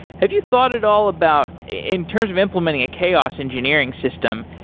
have you thought at all about in terms of implementing chaos engineering system,